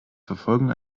verfolgen